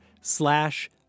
slash